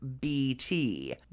BT